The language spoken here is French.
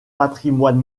patrimoine